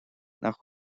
nach